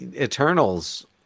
Eternals